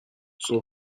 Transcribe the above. صبح